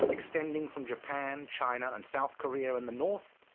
extending from japan, china, and south korea in the north,